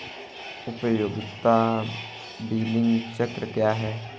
उपयोगिता बिलिंग चक्र क्या है?